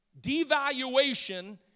Devaluation